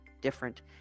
different